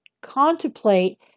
contemplate